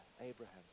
Abraham